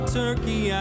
turkey